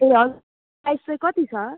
ए हजुर प्राइस चाहिँ कति छ